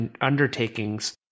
undertakings